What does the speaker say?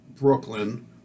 Brooklyn